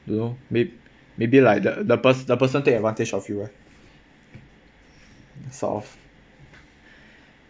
don't know mayb~ maybe like the the pers~ the person take advantage of you ah sort of